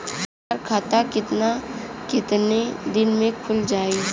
हमर खाता कितना केतना दिन में खुल जाई?